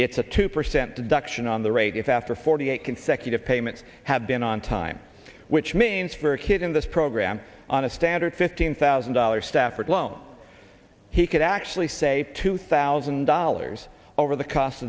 it's a two percent reduction on the rate if after forty eight consecutive payments have been on time which means for a kid in this a gram on a standard fifteen thousand dollars stafford loan he could actually say two thousand dollars over the cost